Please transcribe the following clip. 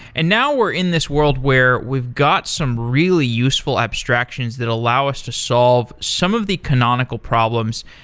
and now, we're in this world where we've got some really useful abstractions that allow us to solve some of the canonical problems.